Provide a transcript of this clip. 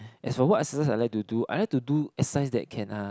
as for what exercise I like to do I like to do exercise that can uh